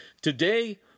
today